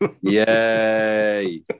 Yay